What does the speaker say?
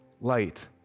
light